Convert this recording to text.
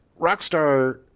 Rockstar